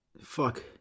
Fuck